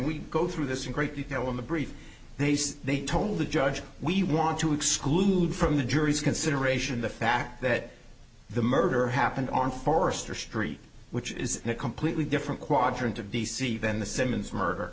we go through this in great detail in the brief they say they told the judge we want to exclude from the jury's consideration the fact that the murder happened on forrester street which is a completely different quadrant of d c than the simmons murder